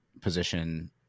position